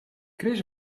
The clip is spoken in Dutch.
chris